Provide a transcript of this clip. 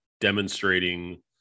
demonstrating